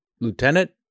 Lieutenant